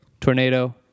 tornado